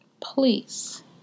Please